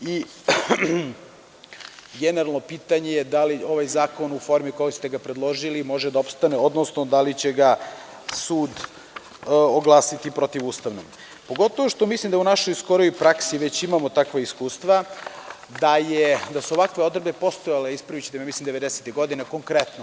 i generalno pitanje da li je ovaj zakon, u formi u kojoj ste ga predložili, može da opstane, odnosno da li će ga sud oglasiti protivustavnim, pogotovo što mislim da u našoj skorijoj praksi već imamo takva iskustva da su ovakve odredbe postojale, ispravićete me, mislim 90-ih godina konkretno.